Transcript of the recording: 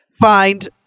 find